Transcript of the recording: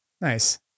Nice